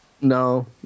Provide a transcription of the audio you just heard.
No